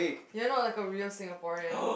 you're not like a real Singaporean